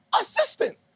Assistant